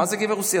מה זה גבר רוסי?